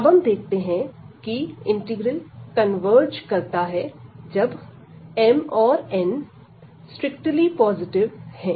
अब हम देखते हैं कि यह इंटीग्रल कन्वर्ज करता है जब m और n स्ट्रिक्टली पॉजिटिव है